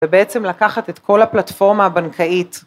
ובעצם לקחת את כל הפלטפורמה הבנקאית,